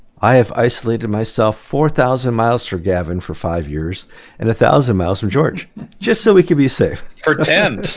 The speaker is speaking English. i have isolated myself four thousand miles from gavin for five years and a thousand miles from george just so we could be safe. for ten!